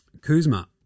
Kuzma